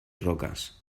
rocas